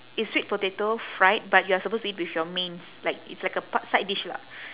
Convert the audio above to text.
it's sweet potato fried but you are supposed to eat with your mains like it's like a p~ side dish lah